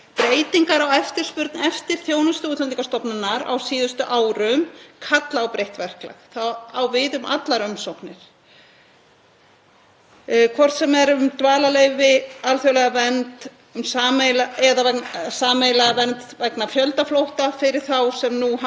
hvort sem er um dvalarleyfi, alþjóðlega vernd eða sameiginlega vernd vegna fjöldaflótta fyrir þá sem nú hafa flúið Úkraínu. Árið 2021 bárust yfir 7.000 umsóknir um dvalarleyfi